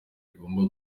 igomba